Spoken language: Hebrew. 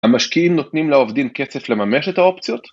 המשקיעים נותנים לעובדים כסף לממש את האופציות?